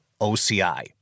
OCI